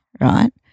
right